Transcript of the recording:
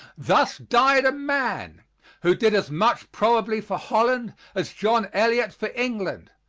thus died a man who did as much probably for holland as john eliot for england,